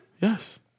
Yes